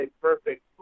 perfect